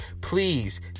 Please